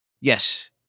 Yes